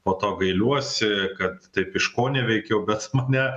po to gailiuosi kad taip iškoneveikiau bet mane